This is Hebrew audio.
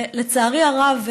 ולצערי הרב,